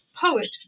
poet